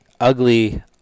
ugly